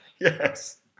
Yes